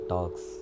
Talks